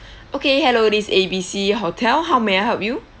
okay hello this is A_B_C hotel how may I help you